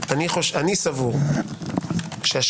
לדבר.